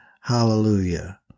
Hallelujah